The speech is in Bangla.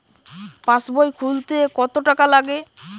পাশবই খুলতে কতো টাকা লাগে?